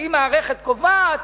שהיא מערכת קובעת,